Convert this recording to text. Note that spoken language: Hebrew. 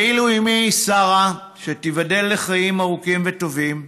ואילו אימי, שרה, שתיבדל לחיים ארוכים וטובים,